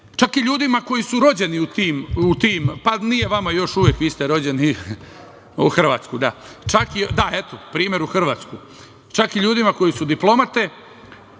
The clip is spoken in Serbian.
čak i ljudima koji su rođeni u tim, pa nije vama, vi ste rođeni u Hrvatskoj, da, primer Hrvatske, čak i ljudima koji su diplomate,